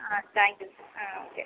ആ thank you ആ okay